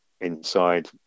inside